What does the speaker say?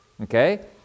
Okay